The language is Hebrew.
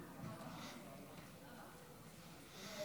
התשפ"ד 2024,